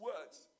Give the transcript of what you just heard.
words